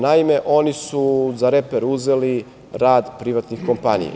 Naime, oni su za reper uzeli rad privatnih kompanija.